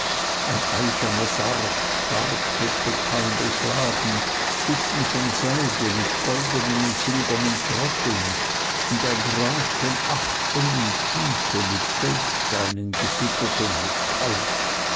ein eichener sarg stark mit metall beschlagen kissen von seide mit goldnen und silbernen troddeln und ein grab von acht ellen tiefe mit feldsteinen gefüttert und kalk